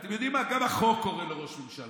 ואתם יודעים מה, גם החוק קורא לו ראש ממשלה,